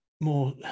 more